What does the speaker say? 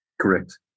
Correct